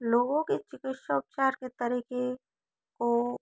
लोगों के चिकित्सा उपचार के तरीक़े को